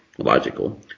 Logical